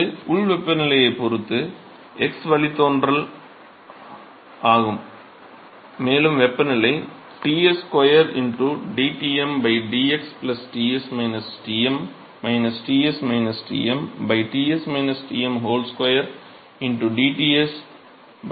இது உள் வெப்பநிலையைப் பொறுத்து x வழித்தோன்றல் ஆகும் மேலும் வெப்பநிலை 2 dTm dx Ts Tm Ts T 2 dTs dx